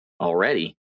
already